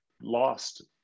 lost